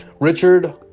Richard